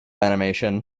animation